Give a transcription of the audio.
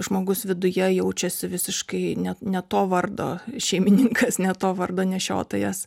žmogus viduje jaučiasi visiškai ne ne to vardo šeimininkas ne to vardo nešiotojas